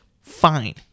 fine